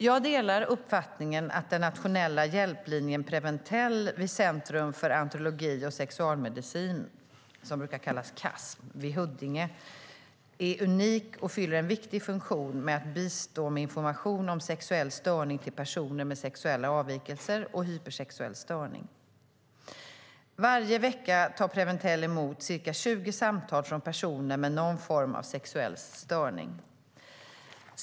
Jag delar uppfattningen att den nationella hjälplinjen Preventell vid Centrum för Andrologi och Sexualmedicin, Casm, vid Karolinska Universitetssjukhuset i Huddinge är unik och fyller en viktig funktion med att bistå med information om sexuell störning till personer med sexuella avvikelser och hypersexuell störning. Varje vecka tar Preventell emot ca 20 samtal från personer med någon form av sexuell störning.